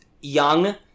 young